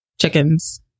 chickens